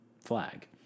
flag